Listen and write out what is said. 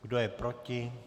Kdo je proti?